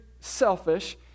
selfish